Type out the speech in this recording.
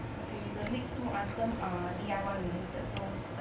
okay the next two items are D_I_Y related so